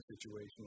situation